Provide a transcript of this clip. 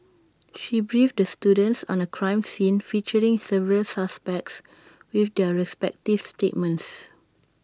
she briefed the students on A crime scene featuring several suspects with their respective statements